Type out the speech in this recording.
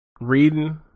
Reading